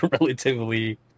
relatively